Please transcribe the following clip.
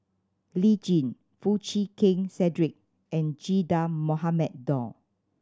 Lee Tjin Foo Chee Keng Cedric and Che Dah Mohamed Noor